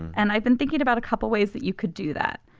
and i've been thinking about a couple ways that you could do that.